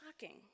shocking